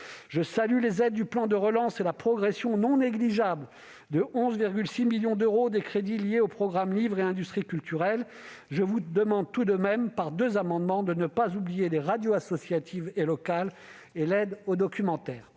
Je salue les aides du plan de relance et la progression non négligeable de 11,6 millions d'euros des crédits liés au programme « Livre et industries culturelles ». Je vous demande tout de même- c'est l'objet de deux amendements que j'ai déposés -de ne pas oublier les radios associatives et locales ni l'aide aux documentaires.